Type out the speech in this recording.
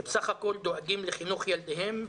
שבסך הכול דואגים לחינוך ילדיהם,